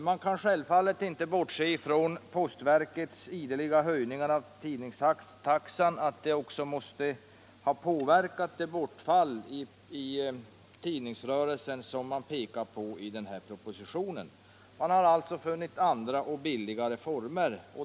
Man kan självfallet inte bortse ifrån att postverkets ideliga höjningar av tidningstaxan också måste ha påverkat det bortfall i tidningsrörelsen som man pekar på i den här propositionen. Man har alltså funnit andra och billigare former.